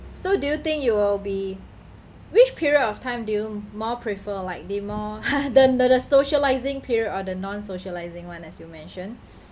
so do you think you will be which period of time do you more prefer like the more the the socialising period or the non-socialising one as you mention